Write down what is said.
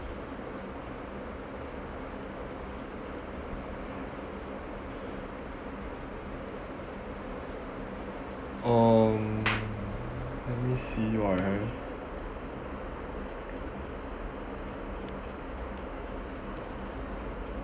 um let me see what I have